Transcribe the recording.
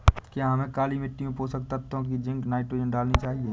क्या हमें काली मिट्टी में पोषक तत्व की जिंक नाइट्रोजन डालनी चाहिए?